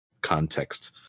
context